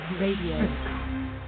Radio